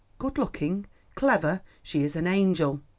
good-looking clever she is an angel,